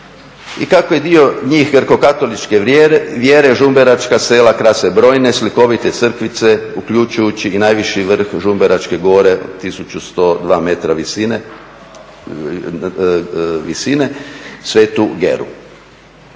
I kako je dio njih grkokatoličke vjere žumberačka sela krase brojne slikovite crkvice uključujući i najviši vrh Žumberačke gore od 1102m visine Sv. Geru.